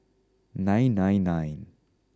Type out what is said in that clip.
nine nine nine